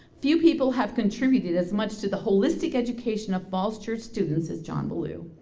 few people have contributed as much to the holistic education of falls church students as john ballou.